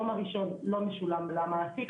היום הראשון לא משולם למעסיק.